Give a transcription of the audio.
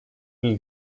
для